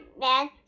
man